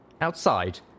Outside